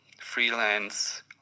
freelance